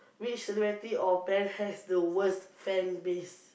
which celebrity or band has the worst fanbase